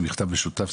הוציאו מכתב בשותף.